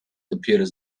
computers